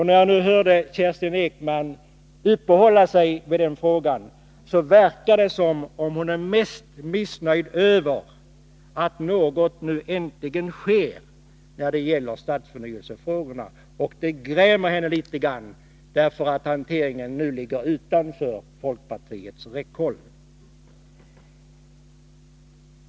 När jag lyssnade till Kerstin Ekman fick jag för mig att hon är mest missnöjd med att något nu äntligen sker i fråga om stadsförnyelsefrågorna. Det grämer henne litet grand, därför att hanteringen av dessa frågor nu ligger utom folkpartiets räckhåll.